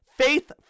Faith